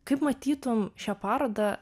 kaip matytum šią parodą